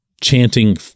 chanting